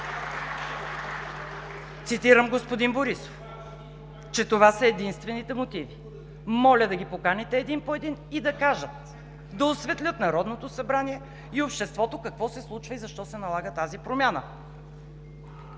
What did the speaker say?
Цитирам господин Борисов, че това са единствените мотиви. Моля да ги поканите един по един и да кажат, да осветлят Народното събрание и обществото какво се случва и защо се налага тази промяна?